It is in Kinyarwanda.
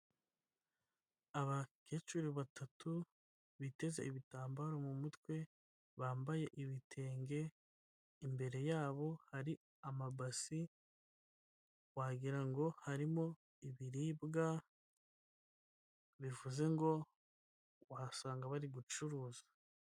Abakecuru batatu biteze ibitambaro mu mutwe bambaye ibitenge, imbere yabo hari amabasi wagira ngo harimo ibiribwa bivuze ngo wasanga bari gucuruzwa.